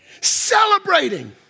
celebrating